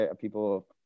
people